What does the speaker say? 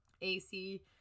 AC